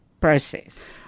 process